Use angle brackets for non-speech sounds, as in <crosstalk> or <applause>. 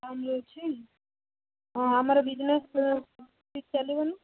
ଆମର ଅଛି ହଁ ଆମର ବିଜନେସ୍ <unintelligible> ଠିକ୍ ଚାଲିବ ନା